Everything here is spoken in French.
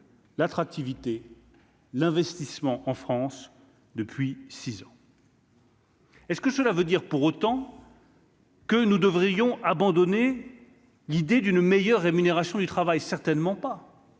l'attractivité, l'investissement en France depuis 6 ans. Est ce que cela veut dire pour autant. Que nous devrions abandonner l'idée d'une meilleure rémunération du travail certainement pas.